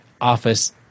office